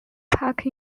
park